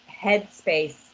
headspace